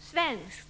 svenskt.